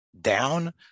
down